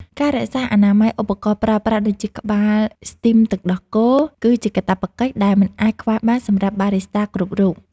ការរក្សាអនាម័យឧបករណ៍ប្រើប្រាស់ដូចជាក្បាលស្ទីមទឹកដោះគោ គឺជាកាតព្វកិច្ចដែលមិនអាចខ្វះបានសម្រាប់បារីស្តាគ្រប់រូប។